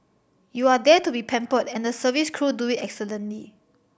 you are there to be pampered and the service crew do it excellently